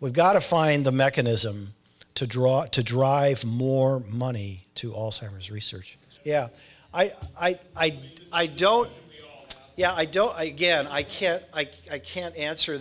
we've got to find the mechanism to draw it to drive more money to all sectors research yeah i think i don't yeah i don't get i can't i can't answer